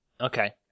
okay